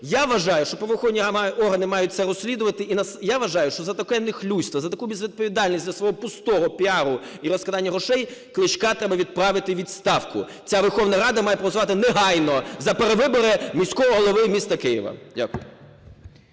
Я вважаю, що правоохоронні органи мають це розслідувати. І я вважаю, що за таке нехлюйство, за таку безвідповідальність з-за свого пустого піару і розкрадання грошей Кличка треба відправити у відставку. Ця Верховна Рада має проголосувати негайно за перевибори міського голови міста Києва. Дякую.